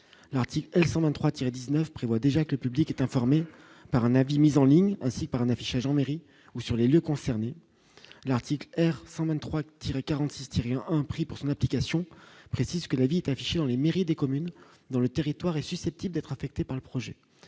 l'article L 123 19 prévoit déjà que le public est informé par un avis mis en ligne, si par un affichage en mairie ou sur les lieux concernés, l'article R-123 tirer 46 tirer un prix pour son application précise que la vie est affichée dans les mairies des communes dans le territoire et susceptibles d'être affectés par le projet,